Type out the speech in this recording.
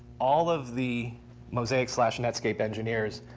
all of the mosaic slash netscape engineers,